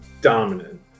dominant